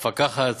למפקחת,